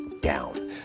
down